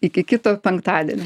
iki kito penktadienio